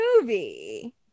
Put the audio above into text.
movie